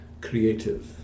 creative